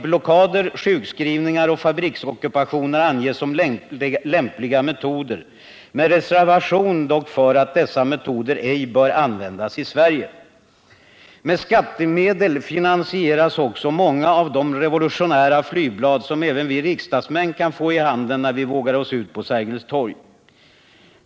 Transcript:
Blockader, sjukskrivningar och fabriksockupationer anges som lämpliga metoder, dock med reservationen att dessa metoder ej bör användas i Sverige. Med skattemedel finansieras också många av de revolutionära flygblad som även vi riksdagsmän kan få i handen när vi vågar oss ut på Sergels torg.